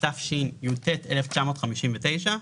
התשי"ט-1959".